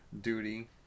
duty